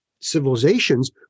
civilizations